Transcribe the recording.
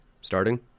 starting